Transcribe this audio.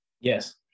Yes